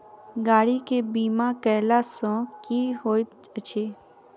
गाड़ी केँ बीमा कैला सँ की होइत अछि?